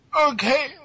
Okay